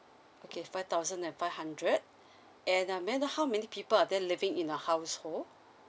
okay five thousand and five hundred and I mean how many people are there living in the household